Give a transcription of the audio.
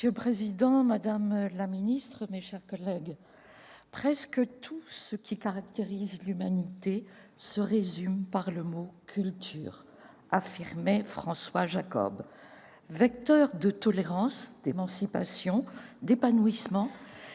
Monsieur le président, madame la ministre, mes chers collègues, « Presque tout ce qui caractérise l'humanité se résume par le mot culture », affirmait François Jacob. Vecteur de tolérance, d'émancipation et d'épanouissement,